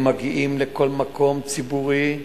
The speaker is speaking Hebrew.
הם מגיעים לכל מקום ציבורי,